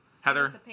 heather